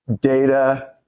data